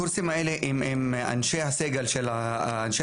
הקורסים האלה הם עם אנשי הסגל של אנשי